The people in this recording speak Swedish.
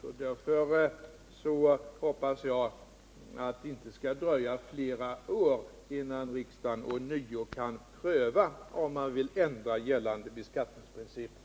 Därför hoppas jag att det inte skall dröja flera år innan riksdagen ånyo kan pröva om man skall ändra gällande beskattningsprinciper.